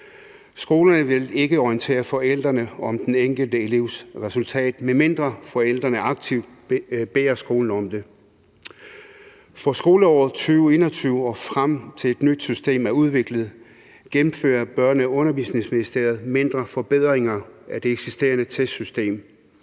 Skolerne vil ikke orientere forældrene om den enkelte elevs resultat, medmindre forældrene aktivt beder skolen om det. Fra skoleåret 2021 og frem til et nyt system er udviklet, gennemfører Børne- og Undervisningsministeriet mindre forbedringer af det eksisterende testsystem.